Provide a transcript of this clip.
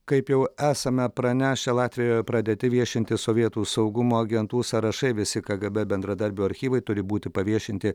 kaip jau esame pranešę latvijoje pradėti viešinti sovietų saugumo agentų sąrašai visi kgb bendradarbių archyvai turi būti paviešinti